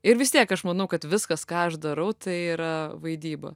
ir vis tiek aš manau kad viskas ką aš darau tai yra vaidyba